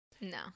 No